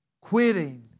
Quitting